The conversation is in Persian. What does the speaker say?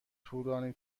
طولانی